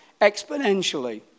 exponentially